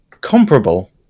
comparable